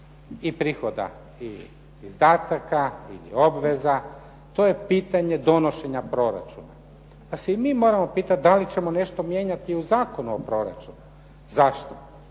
i prihoda i izdataka i obveza. To je pitanje donošenja proračuna. Pa se i mi moramo pitati da li ćemo nešto mijenjati u Zakonu o proračunu. Zašto?